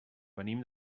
venim